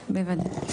עדי, בוודאי.